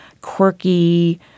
quirky